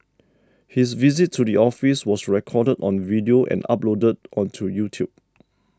his visit to the office was recorded on video and uploaded onto YouTube